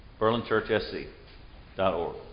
BerlinChurchSC.org